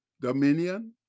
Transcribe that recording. dominion